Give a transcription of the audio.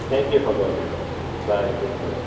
thank you for calling bye take care